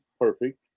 perfect